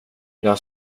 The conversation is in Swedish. jag